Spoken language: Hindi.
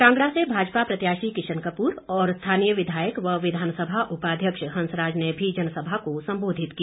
कांगड़ा से भाजपा प्रत्याशी किशन कपूर और स्थानीय विधायक व विधानसभा उपाध्यक्ष हंसराज ने भी जनसभा को संबोधित किया